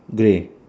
grey